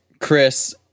Chris